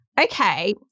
Okay